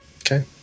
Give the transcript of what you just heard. Okay